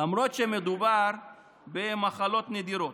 למרות שמדובר במחלות נדירות.